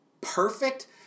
perfect